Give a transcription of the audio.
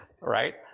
Right